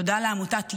תודה לעמותת "לשמה",